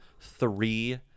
three